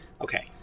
Okay